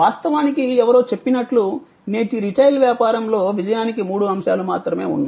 వాస్తవానికి ఎవరో చెప్పినట్లు నేటి రిటైల్ వ్యాపారంలో విజయానికి మూడు అంశాలు మాత్రమే ఉన్నాయి